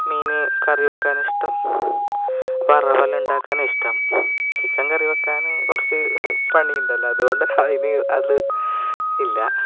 മീൻ കറിവെക്കാനിഷ്ടം വറവലുണ്ടാക്കാനിഷ്ടം ചിക്കൻ കറി വെക്കാൻ കുറച്ച് പണിയുണ്ടല്ലോ അതുകൊണ്ട് അതിന് അത് ഇല്ല